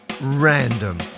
random